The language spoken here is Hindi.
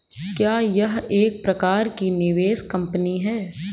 क्या यह एक प्रकार की निवेश कंपनी है?